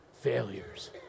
failures